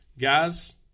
Guys